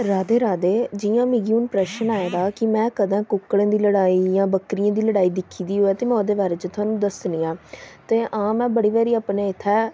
राधे राधे जि'यां मिगी हून प्रश्न आए दा कि में कदैं कुक्कड़ें दी लड़ाई जां बक्करियें दी लड़ाई दिक्खी दी होऐ ते में ओह्दे बारे च तुहानूं दस्सनी आं हां में बड़ी बारी अपने उत्थै